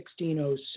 1606